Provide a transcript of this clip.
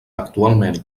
actualment